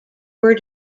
were